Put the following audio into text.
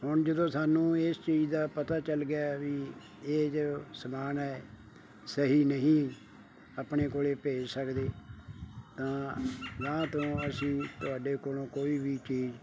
ਹੁਣ ਜਦੋਂ ਸਾਨੂੰ ਇਸ ਚੀਜ਼ ਦਾ ਪਤਾ ਚੱਲ ਗਿਆ ਵੀ ਇਹ ਜੋ ਸਮਾਨ ਹੈ ਸਹੀ ਨਹੀਂ ਆਪਣੇ ਕੋਲ ਭੇਜ ਸਕਦੇ ਤਾਂ ਅਗਾਂਹ ਤੋਂ ਅਸੀਂ ਤੁਹਾਡੇ ਕੋਲੋਂ ਕੋਈ ਵੀ ਚੀਜ਼